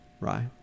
Right